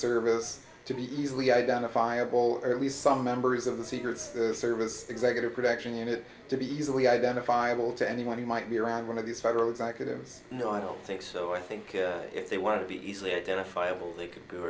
service to be easily identifiable or at least some members of the secret service executive production unit to be easily identifiable to anyone who might be around one of these federal executives no i don't think so i think if they want to be easily identifiable they could